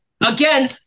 again